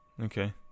okay